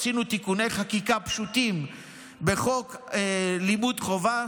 עשינו תיקוני חקיקה פשוטים בחוק לימוד חובה.